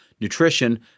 nutrition